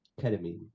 ketamine